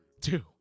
two